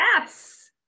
Yes